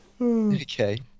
Okay